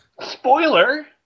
Spoiler